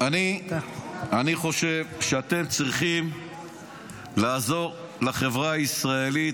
אני חושב שאתם צריכים לעזור לחברה הישראלית.